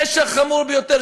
פשע חמור ביותר,